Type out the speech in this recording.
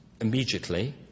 immediately